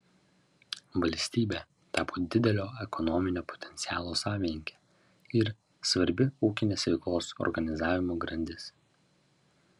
valstybė tapo didelio ekonominio potencialo savininkė ir svarbi ūkinės veiklos organizavimo grandis